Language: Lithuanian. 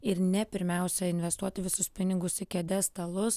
ir ne pirmiausia investuoti visus pinigus į kėdes stalus